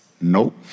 nope